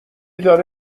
داره